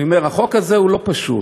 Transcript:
אני אומר, החוק הזה לא פשוט,